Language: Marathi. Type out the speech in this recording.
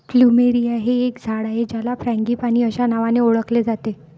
प्लुमेरिया हे एक झाड आहे ज्याला फ्रँगीपानी अस्या नावानी ओळखले जाते